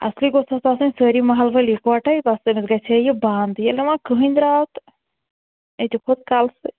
اصلی گوٚژھ اتھ آسٕنۍ سٲری مَحلہٕ وٲلۍ یِکوَٹَے بَس تٔمِس گَژھِ ہے یہِ بنٛد ییٚلہِ نہٕ وۄنۍ کٕہٕنۍ درٛاو تہٕ یہِ تہِ کھوٚت کَلسٕے